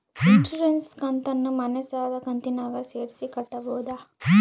Insurance ಕಂತನ್ನ ಮನೆ ಸಾಲದ ಕಂತಿನಾಗ ಸೇರಿಸಿ ಕಟ್ಟಬೋದ?